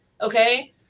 okay